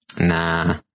nah